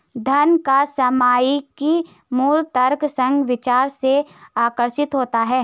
धन का सामयिक मूल्य तर्कसंग विचार से आकर्षित होता है